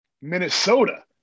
Minnesota